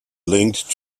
linked